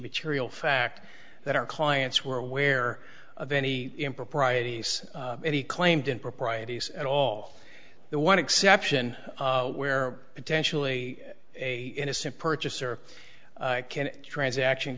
material fact that our clients were aware of any improprieties any claimed improprieties and all the one exception where potentially a innocent purchaser can transaction